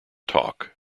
talk